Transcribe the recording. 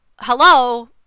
Hello